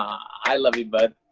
i love you, bud.